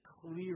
clear